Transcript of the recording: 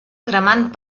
cremant